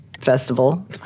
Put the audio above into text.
festival